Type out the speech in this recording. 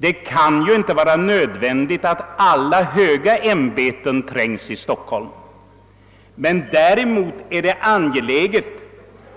Det kan inte vara nödvändigt att alla höga ämbeten trängs i Stockholm, men däremot är det angeläget